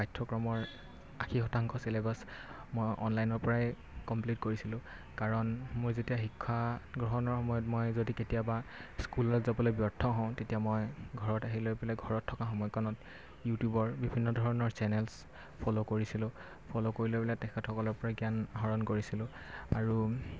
পাঠ্যক্ৰমৰ আশী শতাংশ চিলেবাছ মই অনলাইনৰ পৰাই কমপ্লিট কৰিছিলোঁ কাৰণ মোৰ যেতিয়া শিক্ষা গ্ৰহণৰ সময়ত মই যদি কেতিয়াবা স্কুলত যাবলৈ ব্যৰ্থ হওঁ তেতিয়া মই ঘৰত আহি লৈ পেলাই ঘৰত থকা সময়খনত ইউটিউবৰ বিভিন্ন ধৰণৰ চেনেলছ ফল' কৰিছিলোঁ ফল' কৰি লৈ পেলাই তেখেতসকলৰ পৰা জ্ঞান আহৰণ কৰিছিলোঁ আৰু